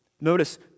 notice